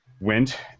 went